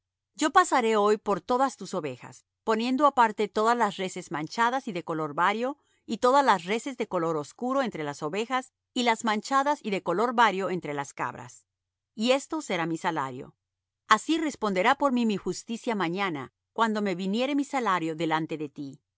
yo pasaré hoy por todas tus ovejas poniendo aparte todas las reses manchadas y de color vario y todas las reses de color oscuro entre las ovejas y las manchadas y de color vario entre las cabras y esto será mi salario así responderá por mí mi justicia mañana cuando me viniere mi salario delante de ti